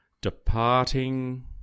departing